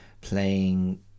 playing